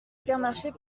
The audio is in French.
hypermarchés